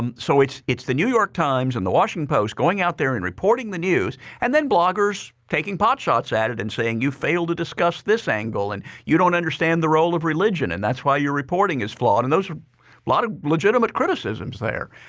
um so it's it's the new york times and the washington post going out there and reporting the news and then bloggers taking potshots at it and saying, you failed to discuss this angle and you don't understand the role of religion and that's why your reporting is flawed. those are a lot of legitimate criticisms there.